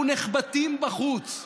אנחנו נחבטים בחוץ.